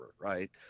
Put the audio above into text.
Right